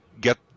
get